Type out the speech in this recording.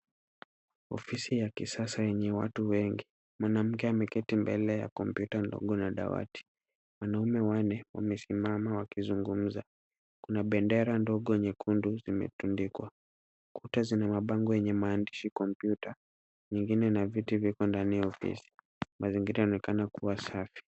Ofisi ya kisasa yenye watu wengi. Mwanamke ameketi mbele ya kompyuta ndogo na dawati. Wanaume wanne wamesimama wakizungumza. Kuna bendera ndogo nyekundu zimetundikwa. Kuta zina mabango yenye maandishi kompyuta nyingine na viti viko ndani ya ofisi. Mazingira yanaonekana kuwa safi.